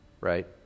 right